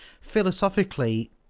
philosophically